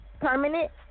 Permanent